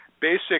basic